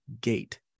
gate